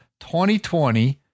2020